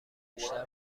بیشتر